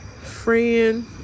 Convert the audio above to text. friend